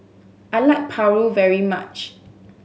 I like paru very much